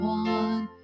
one